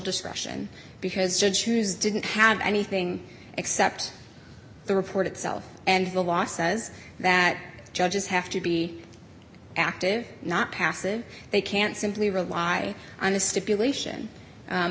discretion because judge whose didn't have anything except the report itself and the law says that judges have to be active not passive they can't simply rely on a stipulation